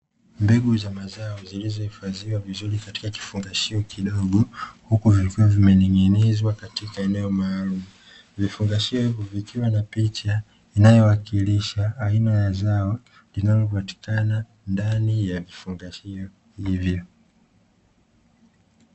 Mbegu za mazao, zilizohifadhiwa vizuri katika kifungashio kidogo, huku vikiwa vimening’inizwa katika eneo maalumu. Vifungashio hivyo vikiwa na picha inayowakilisha aina ya zao linalopatikana ndani ya vifungashio hivyo.